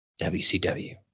WCW